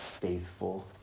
faithful